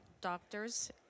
doctors